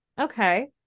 Okay